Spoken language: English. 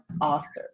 author